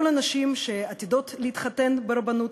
כל הנשים שעתידות להתחתן ברבנות,